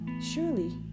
surely